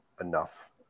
enough